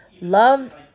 Love